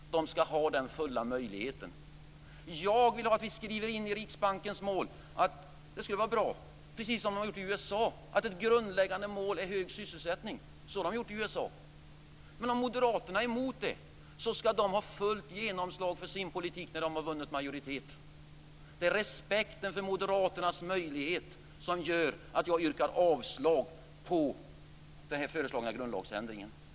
Jag tycker att det skulle vara bra att, precis som man har gjort i USA, skriva in i riksbankslagen att ett grundläggande mål för banken är hög sysselsättning. Men om moderaterna är emot det, skall de ha fullt genomslag för sin politik när de har vunnit majoritet. Det är respekten för denna moderaternas möjlighet som gör att jag yrkar avslag på den föreslagna grundlagsändringen.